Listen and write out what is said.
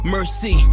Mercy